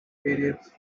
various